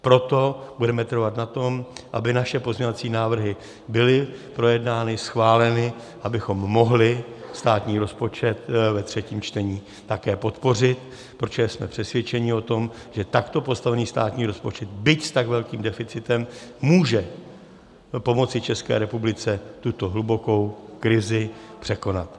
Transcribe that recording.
Proto budeme trvat na tom, aby naše pozměňovací návrhy byly projednány, schváleny, abychom mohli státní rozpočet ve třetím čtení také podpořit, protože jsme přesvědčeni o tom, že takto postavený státní rozpočet, byť s tak velkým deficitem, může pomoci České republice tuto hlubokou krizi překonat.